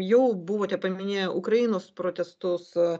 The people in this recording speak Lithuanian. jau buvote paminėję ukrainos protestus